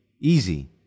easy